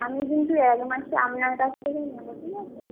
আমি কিন্তু এক মাসই আপনার থেকেই নেবো ঠিক আছে